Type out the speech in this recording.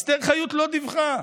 אסתר חיות לא דיווחה.